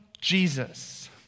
Jesus